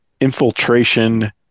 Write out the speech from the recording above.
infiltration